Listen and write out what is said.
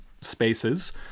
spaces